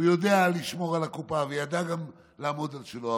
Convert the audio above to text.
הוא יודע לשמור על הקופה וידע גם לעמוד על שלו,